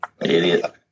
Idiot